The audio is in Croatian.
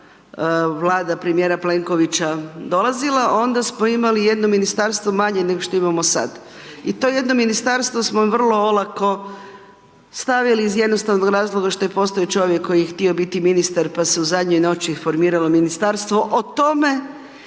vlada premijera Plenkovića dolazila, onda smo imali jedno ministarstvo manje nego što imamo sada i to je jedno ministarstvo smo vrlo onako stavili iz jednostavnog razloga što je postoji čovjek koji je htio biti ministar, pa se u zadnjoj noći formiralo ministarstvo, o tome